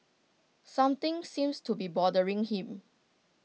something seems to be bothering him